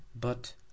But